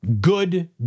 Good